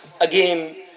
again